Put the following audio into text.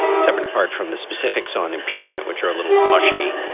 somebody apart from the specifics on impeachment, which are a little mushy.